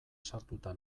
sartuta